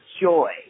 joy